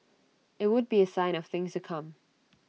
IT would be A sign of things to come